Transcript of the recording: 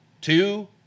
two